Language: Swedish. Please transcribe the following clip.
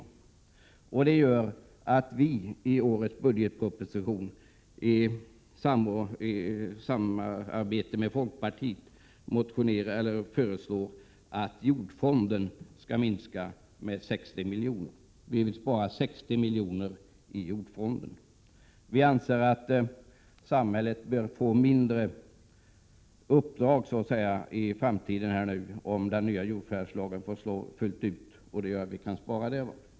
Moderata samlingspartiet och folkpartiet har därför med anledning av årets budgetproposition föreslagit att jordfonden skall minska med 60 milj.kr. Vi anser att samhället bör så att säga få mindre uppdrag i framtiden om den nya jordförvärvslagen skall få slå igenom fullt ut. Vi kan då spara in en del.